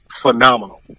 phenomenal